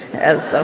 as so